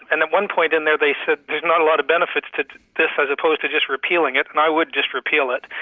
and at one point in there they said, there's not a lot of benefits to to this as opposed to just repealing it and i would just repeal it.